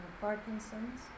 Parkinson's